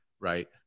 right